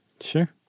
Sure